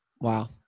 wow